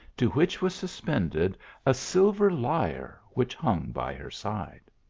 to which was suspended a silver lyre which hung by her side.